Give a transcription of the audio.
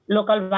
Local